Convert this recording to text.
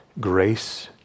grace